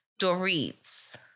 Dorit's